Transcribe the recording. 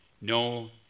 No